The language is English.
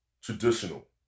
traditional